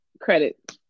Credit